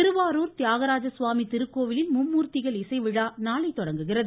திருவாரூர் தியாகராஜ சுவாமி திருக்கோவிலில் மும்மூர்த்திகள் இசை விழா நாளை தொடங்குகிறது